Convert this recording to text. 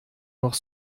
noch